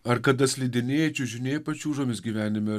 ar kada slidinėjai čiužinėjai pačiūžomis gyvenime